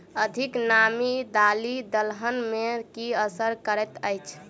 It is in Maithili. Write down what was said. अधिक नामी दालि दलहन मे की असर करैत अछि?